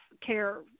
care